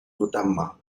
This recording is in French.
notamment